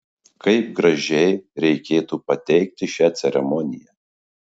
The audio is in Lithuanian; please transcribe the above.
kaip gražiai reikėtų pateikti šią ceremoniją